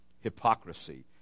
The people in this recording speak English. hypocrisy